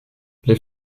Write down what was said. les